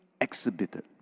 exhibited